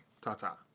Ta-ta